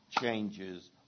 changes